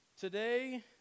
today